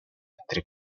entre